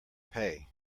pay